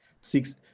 six